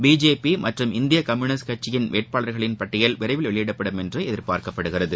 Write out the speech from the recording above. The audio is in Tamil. பிஜேபிமற்றும் இந்தியகம்யூனிஸ்ட் கட்சியின் வேட்பாளர்களின் பட்டியல் விரைவில் வெளியிடப்படும் என்றுஎதிர்பார்க்கப்படுகிறது